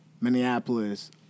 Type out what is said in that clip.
Minneapolis